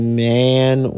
man